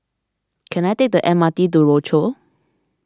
can I take the M R T to Rochor